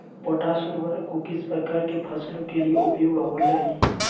Potash उर्वरक को किस प्रकार के फसलों के लिए उपयोग होईला?